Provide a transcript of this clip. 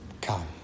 come